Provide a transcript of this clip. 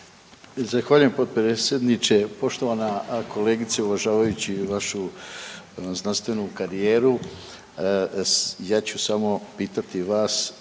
Zahvaljujem potpredsjedniče, poštovana kolegice, uvažavajući vašu znanstvenu karijeru, ja ću samo pitati vas,